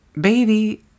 baby